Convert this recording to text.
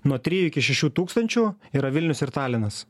nuo trijų iki šešių tūkstančių yra vilnius ir talinas